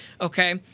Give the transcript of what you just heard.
Okay